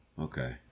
okay